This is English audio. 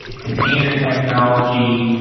container technology.